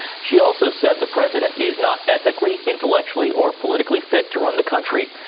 she also said the president is not ethically, intellectually or politically fit to run the country.